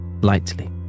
lightly